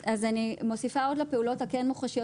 אז אני מוסיפה עוד לפעולות הכן מוחשיות